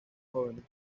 jóvenes